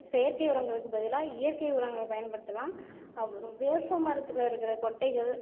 செயற்கை உரங்களுக்கு பதிலாக இயற்கை உரங்கள் பயன்படுத்தலாம் அப்புறம் வேப்ப மரத்தில் இருக்கிற கொட்டைகள்